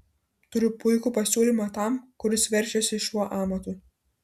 turiu puikų pasiūlymą tam kuris verčiasi šiuo amatu